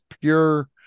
pure